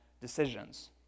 decisions